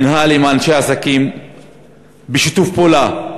המינהל עם אנשי העסקים בשיתוף פעולה.